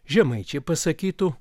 žemaičiai pasakytų